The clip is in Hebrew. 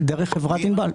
דרך חברת ענבל.